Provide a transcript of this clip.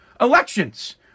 elections